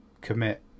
commit